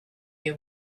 you